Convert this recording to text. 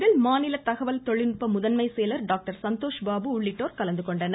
இதில் மாநில தகவல் தொழில் நுட்ப முதன்மை செயலர் டாக்டர் சந்தோஷ் பாபு உள்ளிட்டோர் கலந்துகொண்டனர்